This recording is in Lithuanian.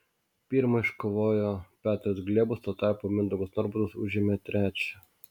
pirmą iškovojo petras gliebus tuo tarpu mindaugas norbutas užėmė trečią